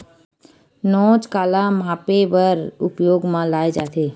नोच काला मापे बर उपयोग म लाये जाथे?